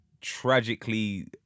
tragically